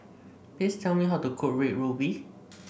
please tell me how to cook Red Ruby